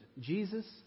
Jesus